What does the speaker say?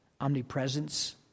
omnipresence